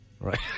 Right